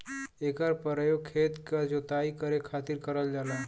एकर परयोग खेत क जोताई करे खातिर करल जाला